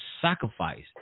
sacrifice